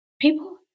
People